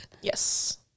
yes